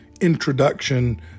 introduction